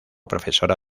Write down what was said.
profesora